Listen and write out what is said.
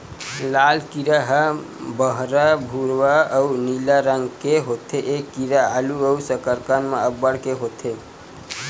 लाल कीरा ह बहरा भूरवा अउ नीला रंग के होथे ए कीरा आलू अउ कसरकंद म अब्बड़ के होथे